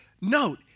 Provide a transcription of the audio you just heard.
note